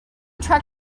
track